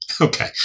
Okay